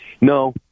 No